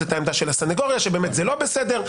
את העמדה של הסניגוריה שבאמת זה לא בסדר.